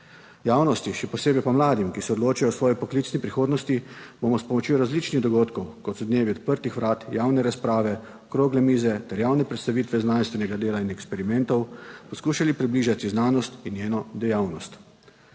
Javnosti, še posebej pa mladim, ki se odločajo o svoji poklicni prihodnosti, bomo s pomočjo različnih dogodkov, kot so dnevi odprtih vrat, javne razprave, okrogle mize ter javne predstavitve znanstvenega dela in eksperimentov, poskušali približati znanost in njeno dejavnost.